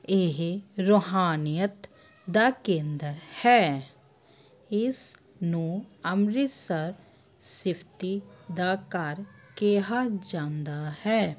ਇਹ ਰੂਹਾਨੀਅਤ ਦਾ ਕੇਂਦਰ ਹੈ ਇਸ ਨੂੰ ਅੰਮ੍ਰਿਤਸਰ ਸਿਫਤੀ ਦਾ ਘਰ ਕਿਹਾ ਜਾਂਦਾ ਹੈ